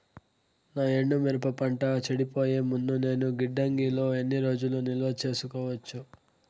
నా ఎండు మిరప పంట చెడిపోయే ముందు నేను గిడ్డంగి లో ఎన్ని రోజులు నిలువ సేసుకోవచ్చు?